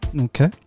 Okay